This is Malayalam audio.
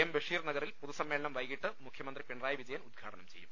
എം ബഷീർ നഗ റിൽ പൊതുസമ്മേളനം വൈകിട്ട് മുഖ്യമന്ത്രി പിണറായി വിജയൻ ഉദ്ഘാടനം ചെയ്യും